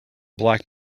black